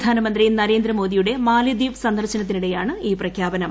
പ്രധാനമന്ത്രി നരേന്ദ്രമോദിയുടെ മാലെദ്വീപ് സന്ദർശനത്തിനിടെയാണ് പ്രഖ്യാപനം